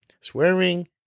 swearing